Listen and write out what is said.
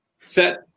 set